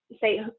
say